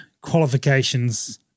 qualifications